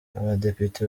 abadepite